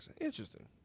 Interesting